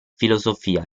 filosofia